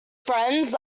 friends